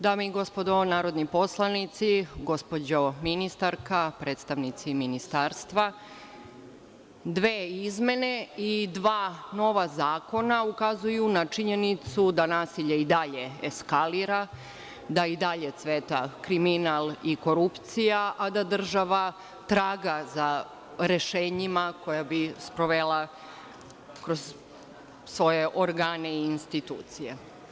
Dame i gospodo narodni poslanici, gospođo ministarska, predstavnici ministarstva, dve izmene i dva nova zakona ukazuju na činjenicu da nasilje i dalje eskalira, da i dalje cveta kriminal i korupcija, a da država traga za rešenjima koja bi sprovela kroz svoje organe i institucije.